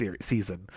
season